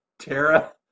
Tara